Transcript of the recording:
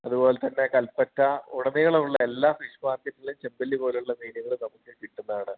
അതുപോലെത്തന്നെ കൽപറ്റ ഉടനീളമുള്ള എല്ലാ ഫിഷ് മാർക്കറ്റിലും ചെമ്പല്ലി പോലുള്ള മീനുകൾ നമുക്ക് കിട്ടുന്നതാണ്